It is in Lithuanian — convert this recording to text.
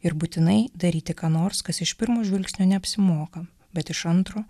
ir būtinai daryti ką nors kas iš pirmo žvilgsnio neapsimoka bet iš antro